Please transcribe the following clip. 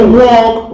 walk